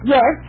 Yes